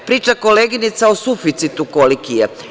Priča koleginica o suficitu koliki je.